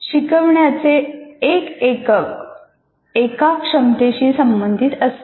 शिकवण्याचे एक एकक एका क्षमतेशी संबंधित असते